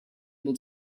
able